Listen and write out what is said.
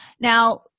Now